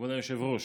כבוד היושב-ראש,